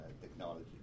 technology